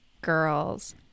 girls